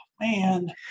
man